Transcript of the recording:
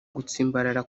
gutsimbarara